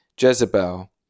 Jezebel